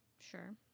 Sure